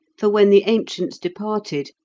for when the ancients departed,